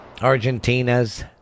Argentina's